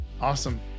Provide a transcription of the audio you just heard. Awesome